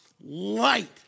Light